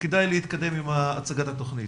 כדאי להתקדם עם הצגת התוכנית.